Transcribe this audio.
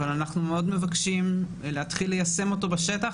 אבל אנחנו מאוד מבקשים להתחיל ליישם אותו בשטח,